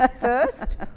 first